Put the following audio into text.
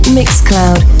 Mixcloud